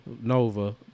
Nova